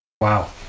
Wow